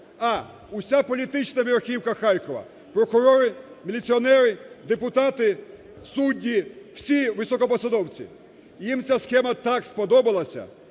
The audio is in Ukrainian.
а вся політична верхівка Харкова: прокурори, міліціонери, депутати, судді – всі високопосадовці. Їм ця схема так сподобалася,